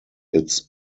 its